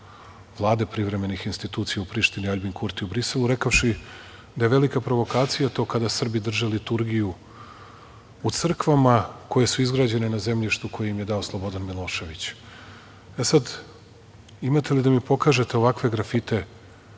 Vlade privremenih institucija u Prištini Aljbin Kurtiju u Briselu, rekavši da je velika provokacija to kada Srbi drže liturgiju u crkvama koje su izgrađene na zemljištu koje im je dao Slobodan Milošević. Sad, imate li da mi pokažete ovakve grafite